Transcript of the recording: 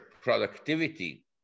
productivity